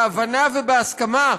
בהבנה ובהסכמה,